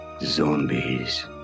zombies